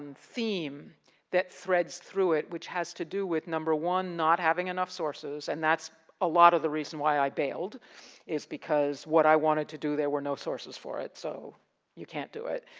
theme that threads through it which has to do with number one, not having enough sources. and that's a lot of the reason why i bailed is because what i wanted to do there were no sources for it, so you can't do it.